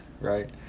right